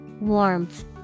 Warmth